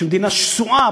שהיא מדינה שסועה,